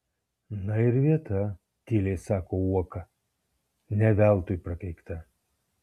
na ir vieta tyliai sako uoka ne veltui prakeikta